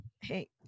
hey